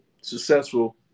successful